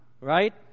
right